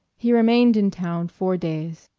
he remained in town four days.